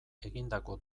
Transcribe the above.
egindako